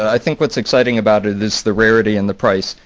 i think, what's exciting about it, is the rarity in the price.